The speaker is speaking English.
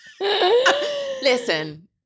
listen